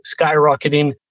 skyrocketing